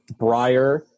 Breyer